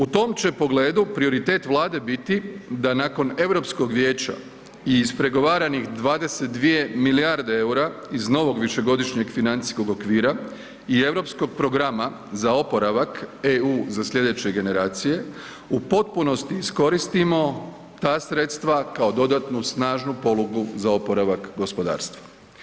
U tom će pogledu prioritet Vlade biti da nakon Europskog vijeća i ispregovaranih 22 milijarde eura iz novog višegodišnjeg financijskog okvira i Europskog programa za oporavak EU za sljedeće generacije u potpunosti iskoristimo ta sredstva kao dodatnu snažnu polugu za oporavak gospodarstva.